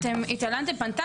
אתם התעלמתם,